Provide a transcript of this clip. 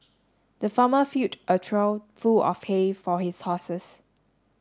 the farmer filled a trough full of hay for his horses